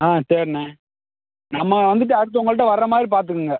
ஆ சரிண்ணே நம்ம வந்துட்டு அடுத்து உங்கள்கிட்ட வர்ற மாதிரி பார்த்துக்குங்க